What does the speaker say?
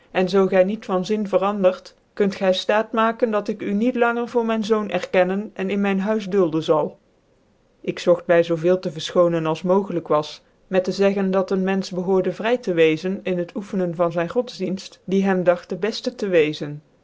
en zoo gy niet van zin verandert kunt gy ftaat maaken dat ik u niet langer voor mijn zoon erkennen cn in mijn huis dulden zal ik zogt my zoo veel tc verfchonen als mogelijk was met tc zeggen dat een menfeh behoorde vrv tc wcezen in het oeftcnen van zyn godsdienft die hem dagt dc befte te wcezen